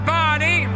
body